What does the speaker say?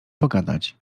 pogadać